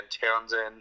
Townsend